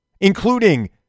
Including